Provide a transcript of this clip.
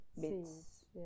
bits